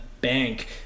bank